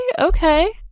Okay